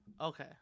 Okay